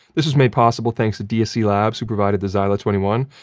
this is made possible thanks to dsc labs who provided the xyla twenty one,